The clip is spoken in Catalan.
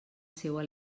seua